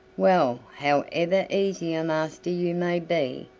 well, however easy a master you may be,